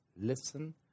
listen